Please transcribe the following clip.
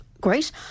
great